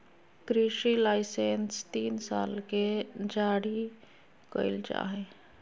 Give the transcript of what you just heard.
कृषि लाइसेंस तीन साल ले जारी कइल जा हइ